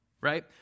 right